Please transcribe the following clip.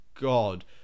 god